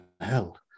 hell